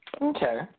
Okay